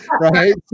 right